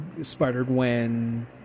Spider-Gwen